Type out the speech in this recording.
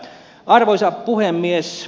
arvoisa puhemies